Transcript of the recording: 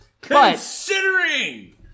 Considering